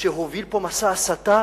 שהוביל פה מסע הסתה,